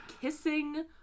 kissing